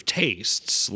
tastes